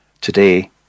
Today